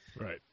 Right